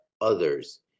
others